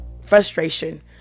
frustration